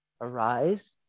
Arise